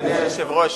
אדוני היושב-ראש,